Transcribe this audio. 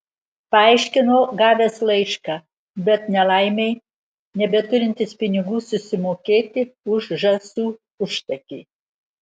paaiškino gavęs laišką bet nelaimei nebeturintis pinigų susimokėti už žąsų užtakį